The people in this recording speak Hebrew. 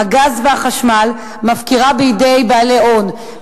הגז והחשמל מפקירה בידי בעלי הון,